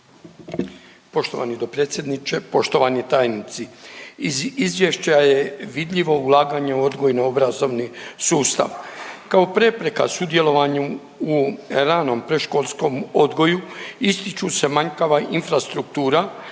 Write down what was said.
Poštovani potpredsjedniče, poštovani tajnici iz izvješća je vidljivo ulaganje u odgojno obrazovni sustav. Kao prepreka sudjelovanju u ranom predškolskom odgoju ističu se manjkava infrastruktura,